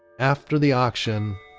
after the auction,